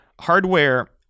hardware